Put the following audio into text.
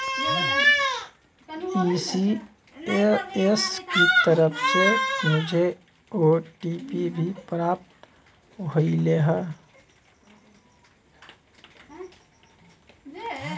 ECS की तरफ से मुझे ओ.टी.पी भी प्राप्त होलई हे